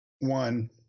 One